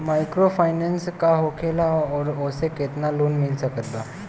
Microfinance का होखेला और ओसे केतना लोन मिल सकत बा?